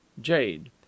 jade